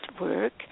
work